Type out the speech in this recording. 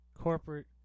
corporate